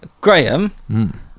Graham